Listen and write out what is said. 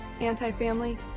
anti-family